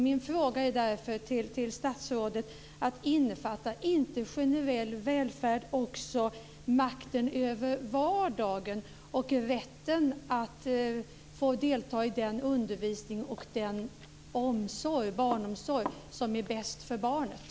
Min fråga till statsrådet är: Innefattar inte generell välfärd också makten över vardagen och barnens rätt att få den undervisning och barnomsorg som är bäst för dem?